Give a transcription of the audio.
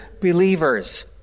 believers